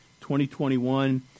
2021